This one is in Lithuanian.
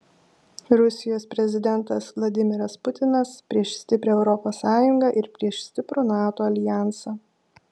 rusijos prezidentas vladimiras putinas prieš stiprią europos sąjungą ir prieš stiprų nato aljansą